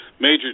major